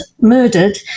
murdered